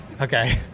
Okay